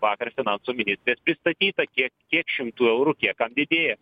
vakar finansų ministrės pristatyta kiek kiek šimtų eurų kiek kam didėja